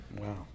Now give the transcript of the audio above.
Wow